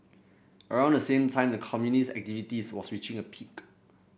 around the same time the communist activities was reaching a peak